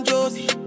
Josie